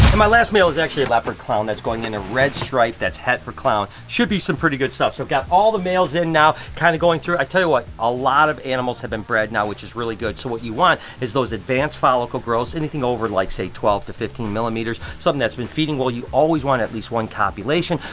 my last male is actually a leopard clown that's going in a red stripe that's het for clown, should be some pretty good stuff. so, i've got all the males in now, kind of going through, i'll tell you what a lot of animals have been bred now which is really good, so what you want is those advanced follicle growths, anything like over, like say, twelve to fifteen millimeters, something that's been feeding well, you always want at least one copulation.